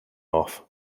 off